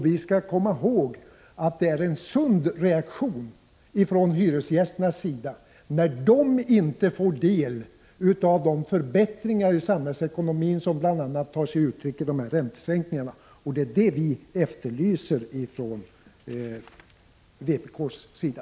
Vi skall komma ihåg att det är en sund reaktion från hyresgästernas sida, när de inte får del av de förbättringar i samhällsekonomin som bl.a. tar sig uttryck i dessa räntesänkningar. Det är också sådana ändringar som vi efterlyser från vpk:s sida.